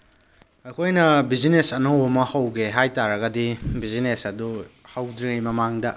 ꯑꯩꯈꯣꯏꯅ ꯕꯤꯖꯤꯅꯦꯁ ꯑꯅꯧꯕ ꯑꯃ ꯍꯧꯒꯦ ꯍꯥꯏ ꯇꯥꯔꯒꯗꯤ ꯕꯤꯖꯤꯅꯦꯁ ꯑꯗꯨ ꯍꯧꯗ꯭ꯔꯤꯉꯩꯒꯤ ꯃꯃꯥꯡꯗ